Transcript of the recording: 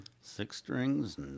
Six-strings